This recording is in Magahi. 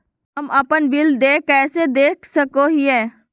हम अपन बिल देय कैसे देख सको हियै?